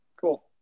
Cool